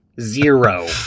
Zero